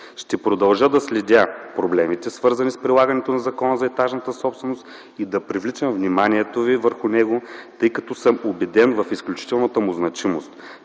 Ще продължа да следя проблемите, свързани с прилагането на Закона за етажната собственост и да привличам вниманието Ви върху него, тъй като съм убеден в изключителната му значимост.